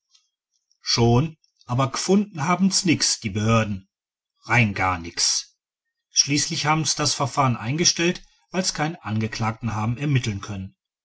schon aber g'funden haben's nix die behörden rein gar nix schließlich haben's das verfahren eingestellt weil's keinen angeklagten haben ermitteln können